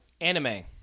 Anime